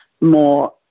more